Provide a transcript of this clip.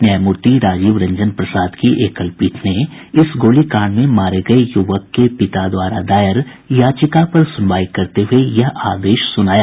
न्यायमूर्ति राजीव रंजन प्रसाद की एकलपीठ ने इस गोलीकांड में मारे गये युवक के पिता द्वारा दायर याचिका पर सुनवाई करते हुए यह आदेश सुनाया